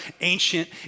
ancient